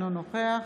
אינו נוכח